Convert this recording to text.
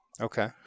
Okay